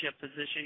position